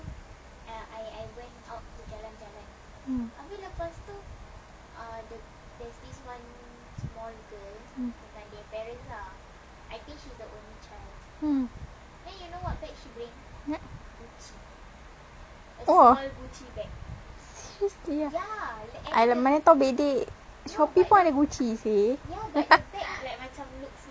mm mm mm what !whoa! seriously ah !alah! mana tahu bedek shopee pun ada Gucci seh